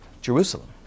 Jerusalem